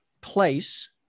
place